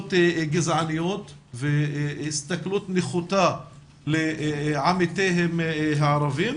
תפיסות גזעניות והסתכלות נחותה לעמיתיהם הערבים,